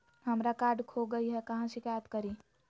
हमरा कार्ड खो गई है, कहाँ शिकायत करी?